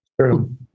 True